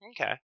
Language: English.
Okay